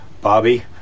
Bobby